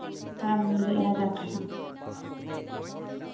ᱟᱨ ᱟᱢᱮᱢ ᱞᱟᱹᱭᱮᱜᱼᱟ ᱦᱟᱡᱟᱨ ᱴᱟᱠᱟ